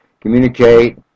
communicate